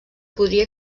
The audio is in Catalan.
podria